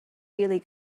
really